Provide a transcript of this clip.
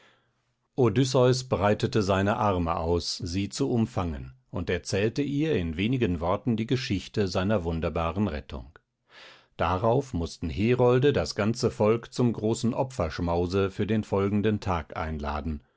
odysseus breitete seine arme aus sie zu umfangen und erzählte ihr in wenigen worten die geschichte seiner wunderbaren rettung darauf mußten herolde das ganze volk zum großen opferschmause für den folgenden tag einladen